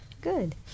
Good